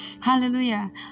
Hallelujah